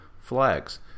Flags